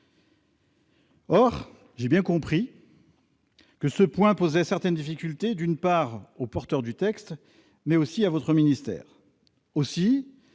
dit, j'ai bien compris que ce point posait certaines difficultés aux porteurs du texte, mais aussi à votre ministère,